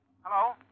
Hello